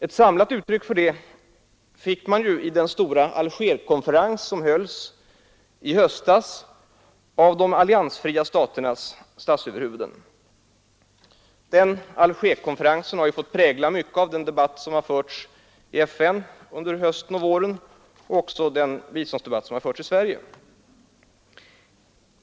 Ett samlat uttryck för det fick man vid den stora konferens som hölls i Algeriet i höstas av de alliansfria ländernas statsöverhuvuden. Den konferensen har fått prägla mycket av den debatt som förts i FN under hösten 1973 och nu i vår liksom den har fått prägla den biståndsdebatt som har förts i Sverige.